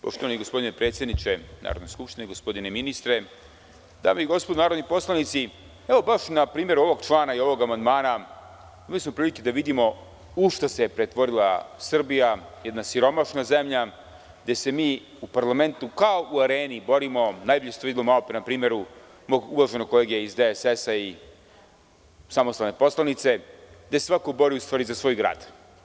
Poštovani gospodine predsedniče Narodne skupštine, gospodine ministre, dame i gospodo narodni poslanici, evo baš na primeru ovog člana i ovog amandmana imali smo prilike da vidimo u šta se pretvorila Srbija, jedna siromašna zemlja, gde se mi u parlamentu kao u areni borimo, najbolje ste videli na primeru mog uvaženog kolege iz DSS i samostalne poslanice, gde se svako bori u stvari za svoj grad.